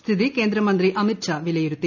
സ്ഥിതി കേന്ദ്രമന്ത്രി അമിത്ഷാ വിലയിരുത്തി